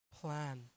plan